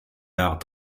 arts